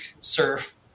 surf